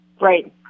Right